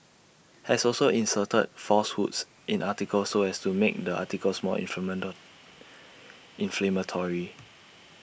has also inserted falsehoods in articles so as to make the articles more inflammatory